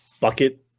Bucket